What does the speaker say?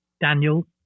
Daniel